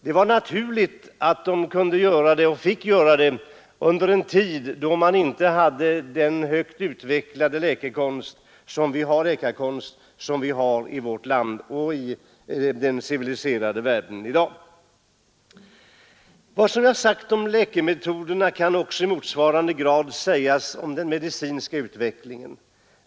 Det var naturligt att de kunde göra det och fick göra det under en tid då man inte hade den högt utvecklade läkekonst som vi har i dag i vårt land och i hela den civiliserade världen. Vad som är sagt om läkemetoderna kan också i motsvarande grad sägas om den medicinska utvecklingen.